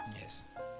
yes